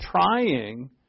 trying